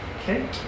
Okay